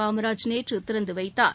காமராஜ் நேற்று திறந்து வைத்தார்